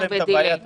יש בעיה תזרימית.